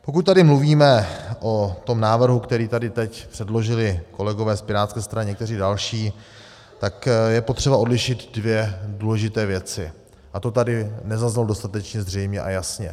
Pokud tady mluvíme o tom návrhu, který tady teď předložili kolegové z pirátské strany a někteří další, tak je třeba odlišit dvě důležité věci a to tady nezaznělo dostatečně zřejmě a jasně.